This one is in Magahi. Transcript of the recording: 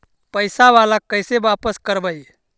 पैसा बाला कैसे बापस करबय?